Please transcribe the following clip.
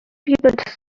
rebuilt